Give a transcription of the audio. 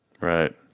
Right